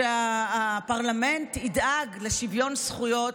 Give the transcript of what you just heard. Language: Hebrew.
שהפרלמנט ידאג לשוויון זכויות,